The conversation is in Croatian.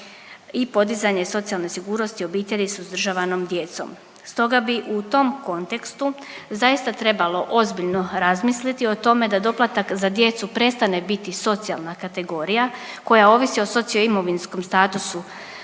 i podizanje socijalne sigurnosti obitelji sa uzdržavanom djecom. Stoga bi u tom kontekstu zaista trebalo ozbiljno razmisliti o tome da doplatak za djecu prestane biti socijalna kategorija koja ovisi o socio imovinskom statusu